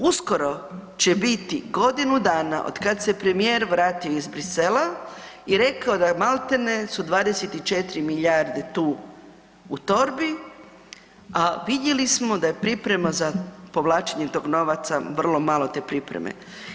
Uskoro će biti godinu dana od kad se premijer vratio iz Bruxellesa i rekao da je maltene su 24 milijarde tu u torbi, a vidjeli smo da je priprema za povlačenje tog novca vrlo malo te pripreme.